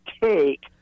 take